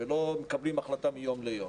ולא מקבלים החלטה מיום ליום.